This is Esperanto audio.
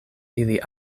ili